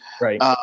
Right